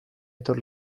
etor